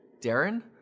Darren